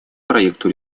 проекту